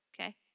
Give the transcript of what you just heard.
Okay